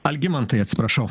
algimantai atsiprašau